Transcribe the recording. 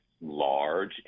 large